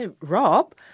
Rob